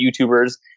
YouTubers